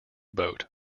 boat